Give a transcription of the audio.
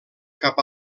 cap